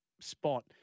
spot